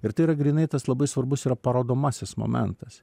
ir tai yra grynai tas labai svarbus yra parodomasis momentas